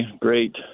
great